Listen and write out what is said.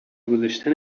گذاشتن